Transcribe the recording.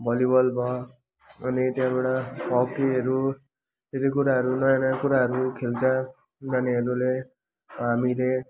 volleyball भयो अनि त्यहाँबाट हकीहरू धेरै कुराहरू नयाँ नयाँ कुराहरू खेल्छ नानीहरूले हामीले